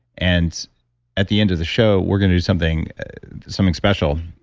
and at the end of the show, we're going to do something something special.